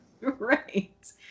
Right